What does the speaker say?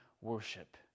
worship